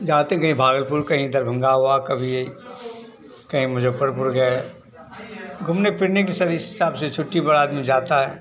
जाते कहीं भागलपुर कहीं दरभंगा हुआ कभी कहीं मुजफ्फरपुर गए घूमने फिरने के सभी हिसाब से छुट्टी पर आदमी जाता है